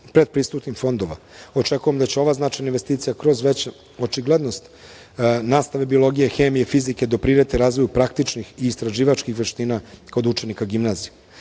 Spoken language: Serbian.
predpristupnih fondova. Očekujem da će ova značajna investicija kroz veću očiglednost nastave biologije, hemije, fizike, doprineti razvoju praktičnih i istraživačkih veština kod učenika gimnazija. Velike